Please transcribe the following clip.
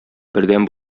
бердәм